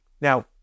Now